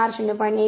4 0